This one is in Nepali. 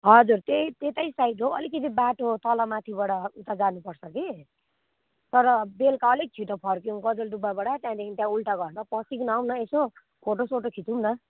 हजुर त्यही त्यतै साइड हो अलिकति बाटो तल माथिबाट उता जानुपर्छ कि तर बेलुका अलिक छिटो फर्कियौँ गजलडुब्बाबाट त्यहाँदेखि त्यहाँ उल्टा घरमा पसिकिन आउँ न यसो फोटोसोटो खिचौँ न